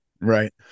Right